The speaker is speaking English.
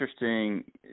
interesting